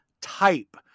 type